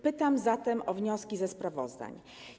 Pytam zatem o wnioski ze sprawozdań.